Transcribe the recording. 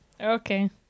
Okay